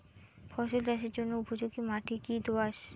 ফসল চাষের জন্য উপযোগি মাটি কী দোআঁশ?